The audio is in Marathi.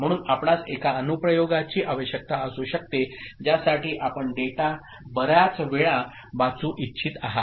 म्हणून आपणास एकाअनुप्रयोगाचीआवश्यकता असू शकतेज्यासाठी आपण डेटा बर्याच वेळा वाचू इच्छित आहात